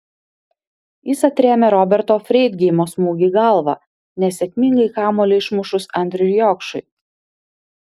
jis atrėmė roberto freidgeimo smūgį galva nesėkmingai kamuolį išmušus andriui jokšui